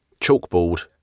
chalkboard